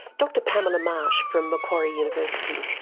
dr pamela marsh from macquarie university.